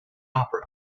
opera